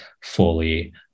fully